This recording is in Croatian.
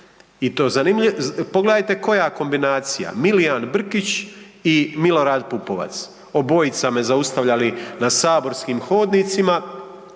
I to, pogledajte koja kombinacija Milijan Brkić i Milorad Pupovac obojica me zaustavljali na saborskim hodnicima